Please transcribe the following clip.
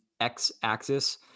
x-axis